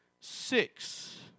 six